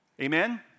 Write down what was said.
Amen